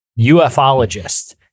ufologist